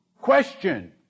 question